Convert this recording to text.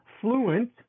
fluent